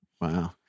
Wow